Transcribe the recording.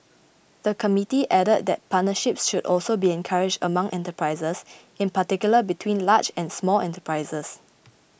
the committee added that partnerships should also be encouraged among enterprises in particular between large and small enterprises